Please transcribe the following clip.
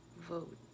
vote